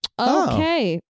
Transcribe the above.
Okay